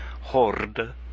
Horde